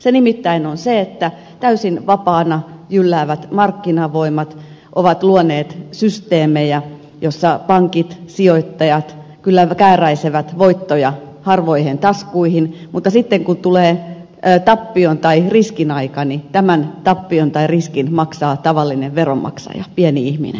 se nimittäin on se että täysin vapaana jylläävät markkinavoimat ovat luoneet systeemejä joissa pankit ja sijoittajat kyllä kääräisevät voittoja harvoihin taskuihin mutta sitten kun tulee tappion tai riskin aika niin tämän tappion tai riskin maksaa tavallinen veronmaksaja pieni ihminen